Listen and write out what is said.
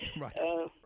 Right